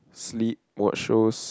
sleep watch shows